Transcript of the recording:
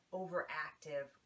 overactive